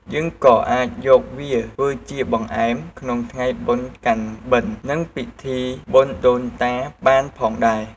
យើងក៏អាចយកវាធ្វើជាបង្អែម ក្នុងថ្ងៃបុណ្យកាន់បិណ្ឌ និងពិធីបុណ្យដូនតាបានផងដែរ។